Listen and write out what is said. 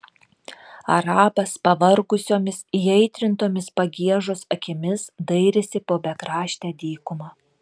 arabas pavargusiomis įaitrintomis pagiežos akimis dairėsi po bekraštę dykumą